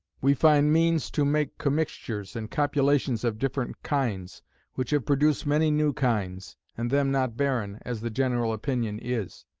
we find means to make commixtures and copulations of different kinds which have produced many new kinds, and them not barren, as the general opinion is.